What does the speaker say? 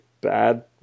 bad